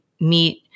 meet